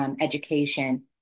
education